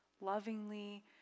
Lovingly